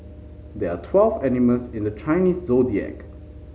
there are twelve animals in the Chinese Zodiac